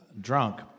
drunk